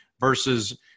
versus